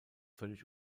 völlig